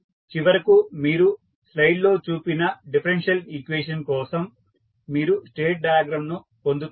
చివరకు మీరు స్లైడ్లో చూపిన డిఫరెన్షియల్ ఈక్వేషన్ కోసం మీరు స్టేట్ డయాగ్రమ్ ను పొందుతారు